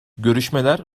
görüşmeler